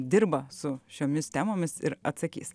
dirba su šiomis temomis ir atsakys